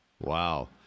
Wow